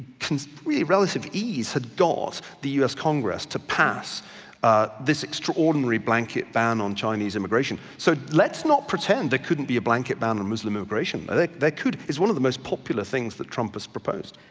completely relative ease had got the u s. congress to pass this extraordinary blanket ban on chinese immigration. so let's not pretend there couldn't be a blanket ban on muslim immigration. that could it's one of the most popular things that trump has proposed.